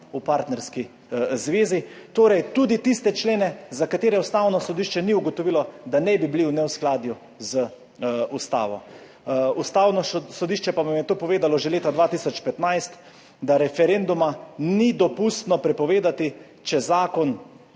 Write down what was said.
o partnerski zvezi. Torej, tudi tiste člene, za katere Ustavno sodišče ni ugotovilo, da ne bi bili v neskladju z Ustavo. Ustavno sodišče pa vam je to povedalo že leta 2015, da referenduma ni dopustno prepovedati, če zakon